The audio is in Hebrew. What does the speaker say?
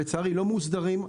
שלצערי לא מוסדרים,